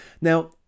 Now